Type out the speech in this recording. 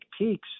peaks